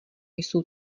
jsou